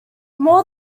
more